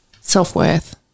self-worth